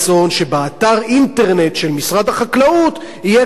שבאתר האינטרנט של משרד החקלאות יהיה כתוב.